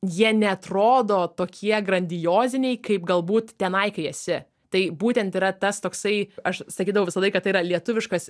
jie neatrodo tokie grandioziniai kaip galbūt tenai kai esi tai būtent yra tas toksai aš sakydavau visą laiką tai yra lietuviškas